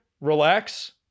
Relax